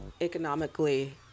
economically